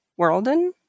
Worlden